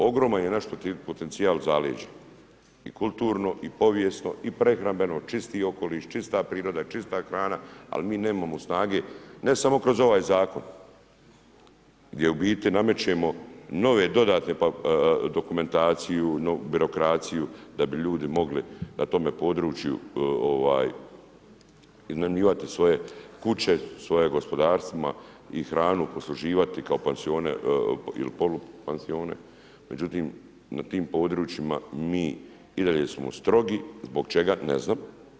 Ogroman je naš potencijal u zaleđu i kulturno i povijesno i prehrambeno, čisti okoliš, čista priroda, čista hrana, ali mi nemamo snage, ne samo kroz ovaj zakon gdje u biti namećemo nove dodatne dokumentaciju, birokraciju da bi ljudi mogli na tome području iznajmljivati svoje kuće, svojim gospodarstvima i hranu posluživati kao pansione ili polupansione, međutim na tim područjima mi i dalje smo strogi zbog čega, ne znam.